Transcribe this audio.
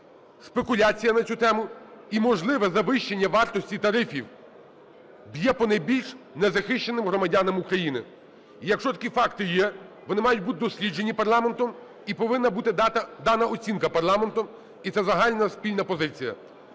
Спекуляція на цю тему і можливе завищення вартості тарифів б'є по найбільш незахищеним громадянам України. І якщо такі факти є, вони мають бути досліджені парламентом і повинна бути дана оцінка парламентом, і це загальна спільна позиція.